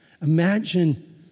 imagine